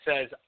says